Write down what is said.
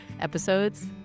episodes